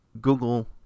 Google